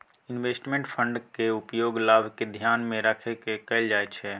investment फंडक उपयोग लाभ केँ धियान मे राइख कय कअल जाइ छै